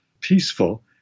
peaceful